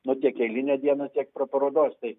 nu tiek eilinę dieną tiek pra parodos tai